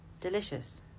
Delicious